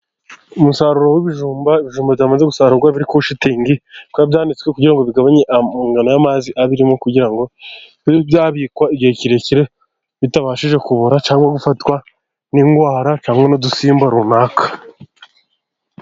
Umusaruro w'ibijumbamba byamaze gusarurarwa biri ku shitingi, kuko byanitswe kugira ngo bigabanye amazi abirimo kugira ngo bibe byabikwa igihe kirekire bitabashije kuborara cyangwa gufatwa n'indwara hamwe n'udusimba runaka.